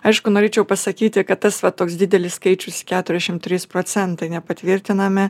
aišku norėčiau pasakyti kad tas va toks didelis skaičius keturiašim trys procentai nepatvirtiname